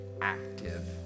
active